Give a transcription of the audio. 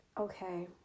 Okay